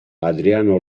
adriano